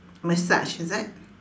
massage is it